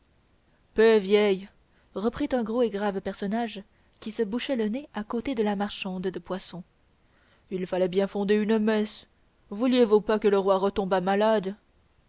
vieille reprit un gros et grave personnage qui se bouchait le nez à côté de la marchande de poisson il fallait bien fonder une messe vouliez-vous pas que le roi retombât malade